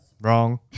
Wrong